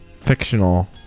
fictional